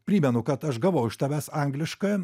primenu kad aš gavau iš tavęs anglišką